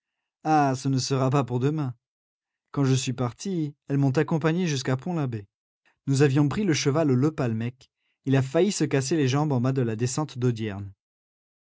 ah ce ne sera pas pour demain quand je suis parti elles m'ont accompagné jusqu'à pont labbé nous avions pris le cheval aux lepalmec il a failli se casser les jambes en bas de la descente d'audierne